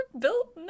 Built